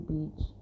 Beach